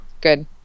Good